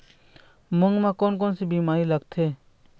मूंग म कोन कोन से बीमारी लगथे?